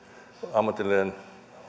ammatillisen